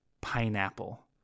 pineapple